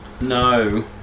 No